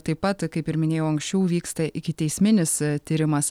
taip pat kaip ir minėjau anksčiau vyksta ikiteisminis tyrimas